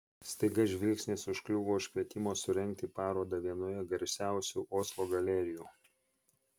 staiga žvilgsnis užkliuvo už kvietimo surengti parodą vienoje garsiausių oslo galerijų